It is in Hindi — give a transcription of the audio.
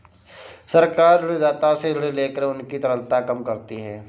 सरकार ऋणदाता से ऋण लेकर उनकी तरलता कम करती है